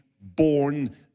born